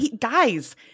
Guys